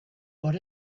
por